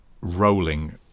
rolling